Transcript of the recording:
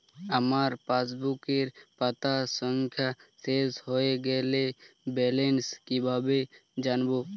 আমার পাসবুকের পাতা সংখ্যা শেষ হয়ে গেলে ব্যালেন্স কীভাবে জানব?